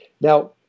Now